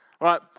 right